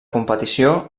competició